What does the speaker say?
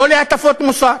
לא להטפות מוסר.